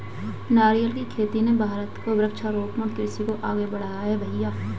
नारियल की खेती ने भारत को वृक्षारोपण कृषि को आगे बढ़ाया है भईया